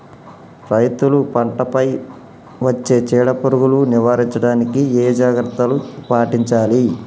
రైతులు పంట పై వచ్చే చీడ పురుగులు నివారించడానికి ఏ జాగ్రత్తలు పాటించాలి?